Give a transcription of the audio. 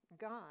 God